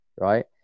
right